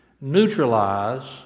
neutralize